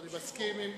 אני מסכים.